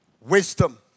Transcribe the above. wisdom